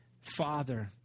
Father